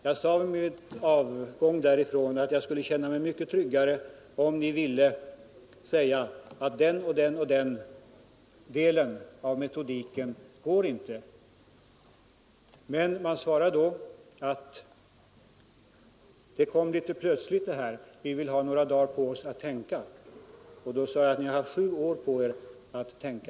Jag sade när jag gick därifrån att jag skulle känna mig mycket tryggare om någon från företaget kunde säga att den eller den delen av metodiken inte går att genomföra. Man begärde då några dagars betänketid, och något besked har tills vidare inte lämnats från företaget.